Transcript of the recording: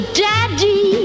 daddy